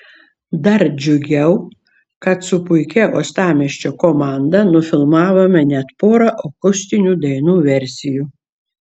dar džiugiau kad su puikia uostamiesčio komanda nufilmavome net porą akustinių dainų versijų